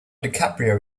dicaprio